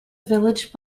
village